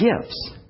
gifts